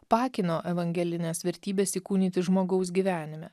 paakino evangelines vertybes įkūnyti žmogaus gyvenime